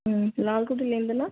ம் லால்குடிலேருந்துனா